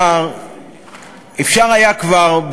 אפשר היה כבר,